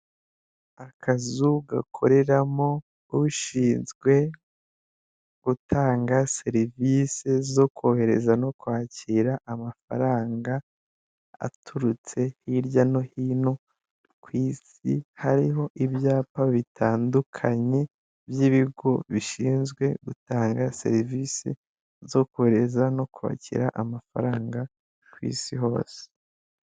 Akazu gakoreramo ushinzwe gutanga serivise zo kohereza no kwakira amafaranga aturutse hirya no hino ku isi, hariho ibyapa bitandukanye, by'ibigo bishinzwe gutanga serivise zo kohereza no kwakira amafaranga ku isi hose.